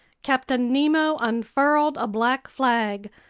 captain nemo unfurled a black flag,